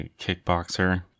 kickboxer